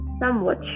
somewhat